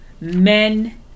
men